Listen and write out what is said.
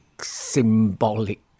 symbolic